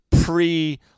Pre